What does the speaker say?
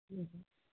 हूँ